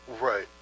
Right